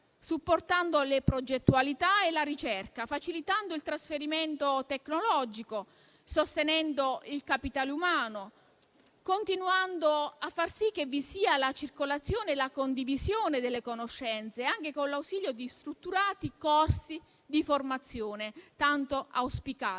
supportando le progettualità e la ricerca, facilitando il trasferimento tecnologico, sostenendo il capitale umano, continuando a far sì che vi siano la circolazione e la condivisione delle conoscenze, anche con l'ausilio di strutturati corsi di formazione tanto auspicati.